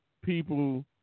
people